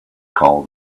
call